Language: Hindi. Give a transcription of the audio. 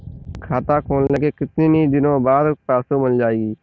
खाता खोलने के कितनी दिनो बाद पासबुक मिल जाएगी?